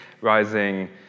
rising